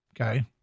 Okay